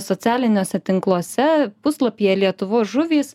socialiniuose tinkluose puslapyje lietuvos žuvys